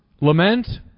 lament